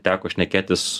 teko šnekėtis